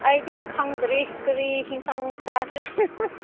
ꯑꯩꯗꯤ ꯈꯪꯗ꯭ꯔꯤ ꯀꯔꯤ ꯌꯦꯟꯁꯥꯡ ꯆꯥꯁꯤꯔ